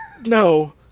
no